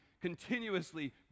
continuously